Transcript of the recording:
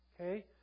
Okay